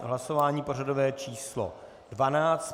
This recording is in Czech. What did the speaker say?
Hlasování pořadové číslo 12.